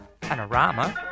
Panorama